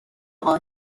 آقا